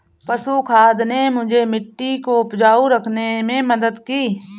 पशु खाद ने मुझे मिट्टी को उपजाऊ रखने में मदद की